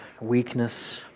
weakness